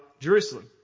Jerusalem